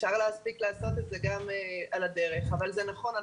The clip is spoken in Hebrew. זה נכון,